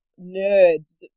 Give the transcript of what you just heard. nerds